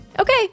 okay